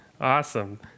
awesome